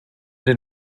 den